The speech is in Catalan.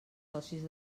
socis